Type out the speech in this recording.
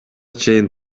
чейин